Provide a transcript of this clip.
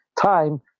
time